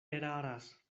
eraras